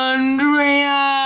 Andrea